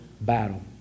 battle